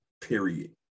Period